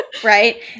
right